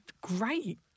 great